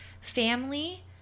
family